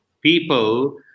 people